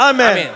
Amen